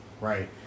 right